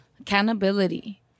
Accountability